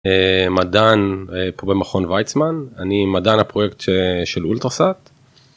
מדען במכון ויצמן אני מדען הפרויקט של אולטראסאט.